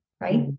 right